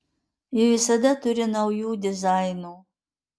ji visada turi naujų dizainų